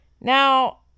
Now